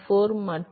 4 மற்றும்